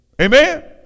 Amen